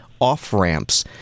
off-ramps